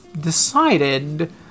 decided